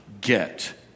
get